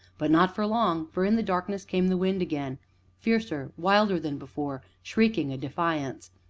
but not for long, for in the darkness came the wind again fiercer, wilder than before, shrieking a defiance.